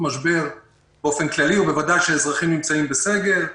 משבר באופן כללי ובוודאי כאשר אנשים נמצאים בסגר.